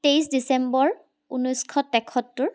তেইছ ডিচেম্বৰ ঊনৈছশ তেসত্তৰ